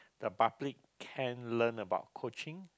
the public can learn about coaching